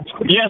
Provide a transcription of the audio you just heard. Yes